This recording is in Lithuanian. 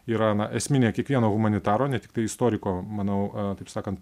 yra na esminė kiekvieno humanitaro ne tiktai istoriko manau taip sakant